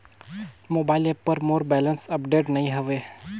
mobile app पर मोर balance update नई हवे